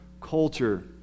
culture